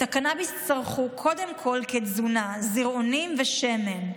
את הקנביס צרכו קודם כול כתזונה, זירעונים ושמן,